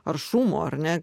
aršumo ar ne